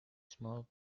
small